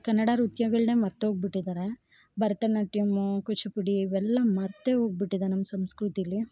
ಕನ್ನಡ ನೃತ್ಯಗಳ್ನೆ ಮರೆತೋಗ್ಬಿಟ್ಟಿದ್ದಾರೆ ಭರತ ನಾಟ್ಯಮ್ಮು ಕೂಚಿಪುಡಿ ಇವೆಲ್ಲಾ ಮರೆತೆ ಹೋಗ್ಬಿಟ್ಟಿದೆ ನಮ್ಮ ಸಂಸ್ಕೃತೀಲಿ